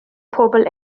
pobl